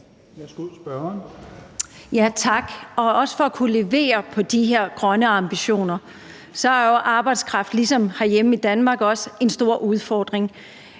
Katarina Ammitzbøll (KF) : Tak. Også tak for at kunne levere på de her grønne ambitioner. Så er arbejdskraft ligesom herhjemme i Danmark også en stor udfordring.